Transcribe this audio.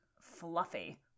fluffy